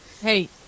Hey